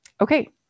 Okay